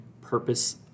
purpose